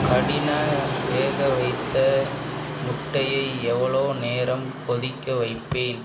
கடின வேகவைத்த முட்டையை எவ்வளோ நேரம் கொதிக்க வைப்பேன்